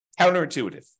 Counterintuitive